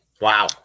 Wow